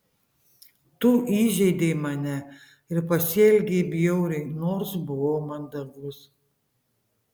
tu įžeidei mane ir pasielgei bjauriai nors buvau mandagus